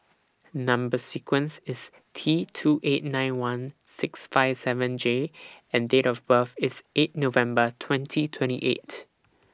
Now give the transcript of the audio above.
Number sequence IS T two eight nine one six five seven J and Date of birth IS eight November twenty twenty eight